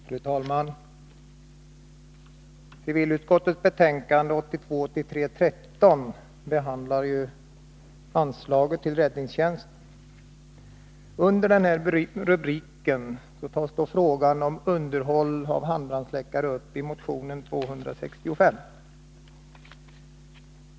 Fru talman! Civilutskottets betänkande 1982/83:13 behandlar anslaget till räddningstjänst m.m. Under denna rubrik behandlas också frågan om underhåll av handbrandsläckare, som tagits upp i motion 265.